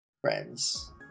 friends